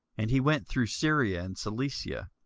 and he went through syria and cilicia,